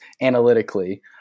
analytically